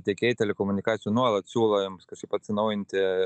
tiekėjai telekomunikacijų nuolat siūlo jums kažkaip atsinaujinti